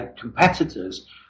competitors